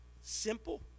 Simple